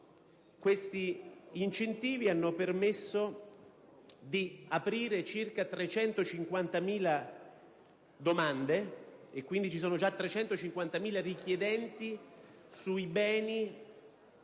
questi incentivi hanno permesso di aprire circa 350.000 domande, quindi ci sono già 350.000 richiedenti sui beni